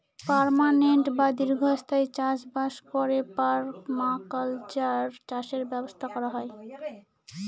permanent বা দীর্ঘস্থায়ী চাষ বাস করে পারমাকালচার চাষের ব্যবস্থা করা হয়